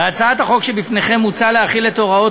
בהצעת החוק שבפניכם מוצע להחיל את הוראות